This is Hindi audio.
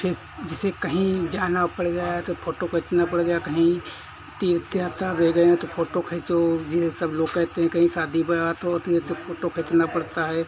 फिर जिसे कहीं जाना पड़ गया तो फ़ोटो खींचना पड़ गया कहीं तीर्थ यात्रा पर गए हैं तो फ़ोटो खींचो यह सब लोग कहते हैं कहीं शादी बारात होती है तो फ़ोटो खींचना पड़ता है